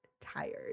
tired